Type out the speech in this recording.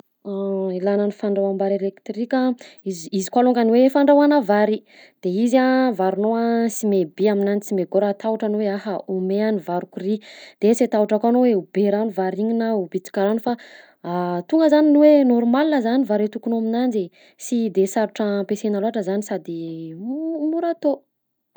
Ilana ny fandrahoam-bary elektrika: iz- izy koa alogany hoe fandrahoana vary, de izy avarinao a sy may bi aminanjy, sy may gô raha hatahotra anao hoe: aha, ho may a ny variko ry, de sy hatahotra koa anao hoe be rano vary igny na ho bitika rano fa tonga zany ny hoe normal zany vary atokonao aminanjy, sy de sarotra ampiasaina loatra zany sady mo- mora atao.